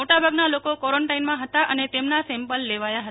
મોટાભાગના લોકો ક્વોરન્ટાઈનમાં હતા અને તેમના સેમ્પલ લેવાયા હતા